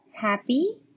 happy